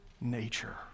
nature